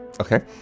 Okay